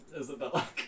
Isabella